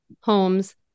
homes